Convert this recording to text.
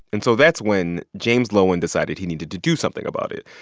and so that's when james loewen decided he needed to do something about it.